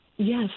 Yes